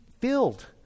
filled